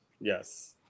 Yes